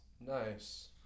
Nice